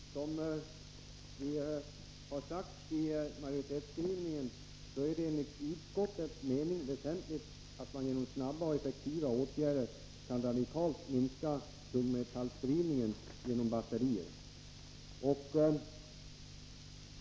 Herr talman! Som vi har sagt i majoritetsskrivningen, är det enligt utskottets mening väsentligt att man genom snara och effektiva åtgärder radikalt kan minska tungmetallspridningen genom batterier.